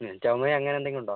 ചുമയും അങ്ങനെയെന്തെങ്കിലും ഉണ്ടോ